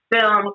Film